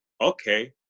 okay